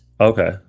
Okay